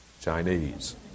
Chinese